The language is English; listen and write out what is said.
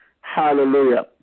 Hallelujah